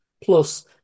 Plus